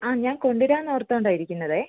ആ ഞാന് കൊണ്ടുവരാമെന്ന് ഓര്ത്തുകൊണ്ടാണ് ഇരിക്കുന്നത്